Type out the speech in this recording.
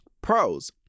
Pros